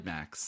Max